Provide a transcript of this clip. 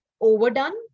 overdone